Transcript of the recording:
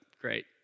great